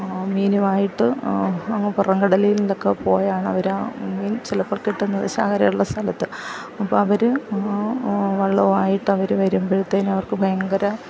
മീനുമായിട്ട് അങ്ങ് പുറം കടലിൽ ന്നിന്ന് ഒക്കെ പോയാണ് അവർ ആ മീൻ ചിലപ്പോൾ കിട്ടുന്നത് ചാകരയുള്ള സ്ഥലത്ത് അപ്പം അവർ വള്ളവും ആയിട്ട് അവർ വരുമ്പോഴത്തേക്ക് അവർക്ക് ഭയങ്കര